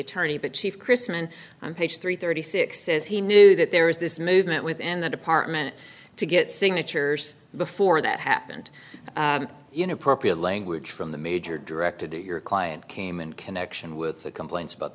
attorney but chief christman on page three thirty six says he knew that there was this movement within the department to get signatures before that happened you know appropriate language from the major directed to your client came in connection with the complaints about